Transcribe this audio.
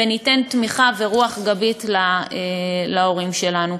וניתן תמיכה ורוח גבית להורים שלנו.